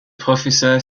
professeur